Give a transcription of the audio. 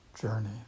journey